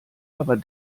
aber